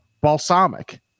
balsamic